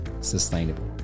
sustainable